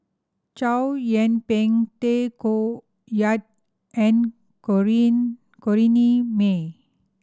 Chow Yian Ping Tay Koh Yat and Corrinne May